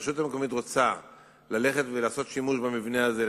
רשות מקומית שרוצה לעשות במבנה כזה שימוש